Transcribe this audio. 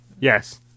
Yes